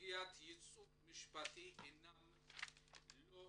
סוגיית הייצוג המשפטי לא הוסדרה,